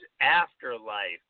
Afterlife